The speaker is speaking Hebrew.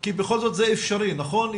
כי בכל זאת זה אפשרי נכון?